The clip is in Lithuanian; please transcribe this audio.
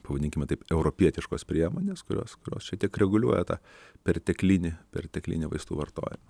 pavadinkime taip europietiškos priemonės kurios kurios šiek tiek reguliuoja tą perteklinį perteklinį vaistų vartojimą